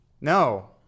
No